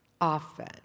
often